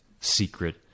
secret